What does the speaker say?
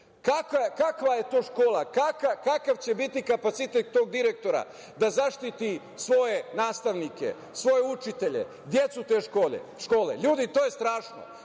Kakva je to škola? Kakav će biti kapacitet tog direktora da zaštiti svoje nastavnike, svoje učitelje, decu te škole? Ljudi, to je strašno.